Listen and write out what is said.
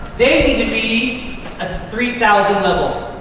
they need to be at the three thousand level.